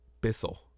Bissell